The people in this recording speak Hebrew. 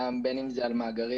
בין אם זה מאגרים,